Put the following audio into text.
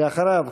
ואחריו,